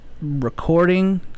recording